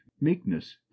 meekness